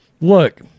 Look